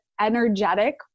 energetic